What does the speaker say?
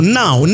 now